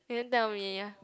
you didn't tell me